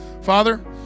Father